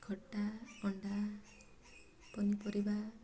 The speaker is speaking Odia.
ଖଟା ଅଣ୍ଡା ପନିପରିବା